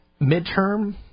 midterm